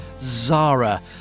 zara